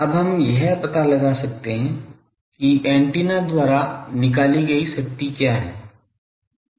अब हम यह पता लगा सकते हैं कि ऐन्टेना द्वारा निकाली गई शक्ति क्या है